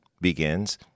begins